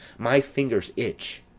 my fingers itch.